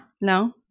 No